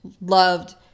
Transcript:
loved